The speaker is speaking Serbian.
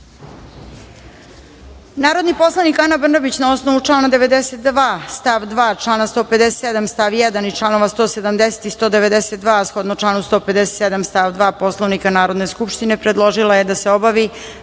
Srbije. Narodni poslanik Ana Brnabić na osnovu člana 92. stav 2. člana 157. stav 1. i članova 170. i 192, a shodno članu 157. stav 2. Poslovnika Narodne skupštine predložila je da se obavi